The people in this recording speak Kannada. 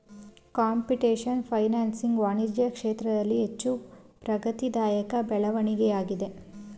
ಕಂಪ್ಯೂಟೇಶನ್ ಫೈನಾನ್ಸಿಂಗ್ ವಾಣಿಜ್ಯ ಕ್ಷೇತ್ರದಲ್ಲಿ ಹೆಚ್ಚು ಪ್ರಗತಿದಾಯಕ ಬೆಳವಣಿಗೆಯಾಗಿದೆ